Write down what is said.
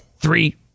Three